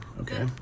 Okay